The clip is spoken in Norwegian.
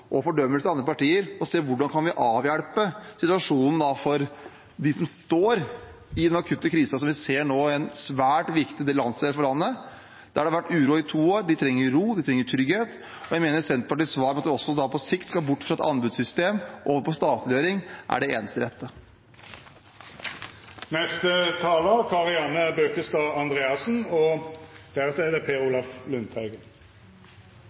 og fordømmelse av andre partier og se hvordan vi kan avhjelpe situasjonen for dem som står i den akutte krisen som vi nå ser i en svært viktig landsdel. Der har det vært uro i to år. De trenger ro, de trenger trygghet. Jeg mener Senterpartiets svar om at vi på sikt skal bort fra et anbudssystem og over til statliggjøring, er det eneste rette. Regjeringspartiene forsvarer helseforetaksmodellen, mens Senterpartiet og mange andre er kritiske. Grunnen til det